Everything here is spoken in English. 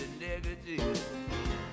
negative